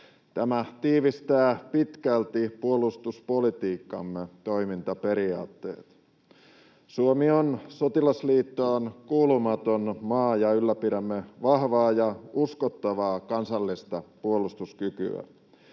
Tämä tiivistää pitkälti puolustuspolitiikkamme toimintaperiaatteet. Suomi on sotilasliittoon kuulumaton maa, ja ylläpidämme vahvaa ja uskottavaa kansallista puolustuskykyä.